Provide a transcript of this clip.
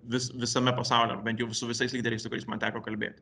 vis visame pasaulyje bent jau su visais lyderiais su kuriais man teko kalbėt